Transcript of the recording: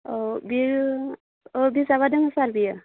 औ बेयो अ बिजाबा दङ सार बेयो